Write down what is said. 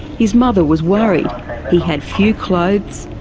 his mother was worried he had few clothes,